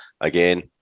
again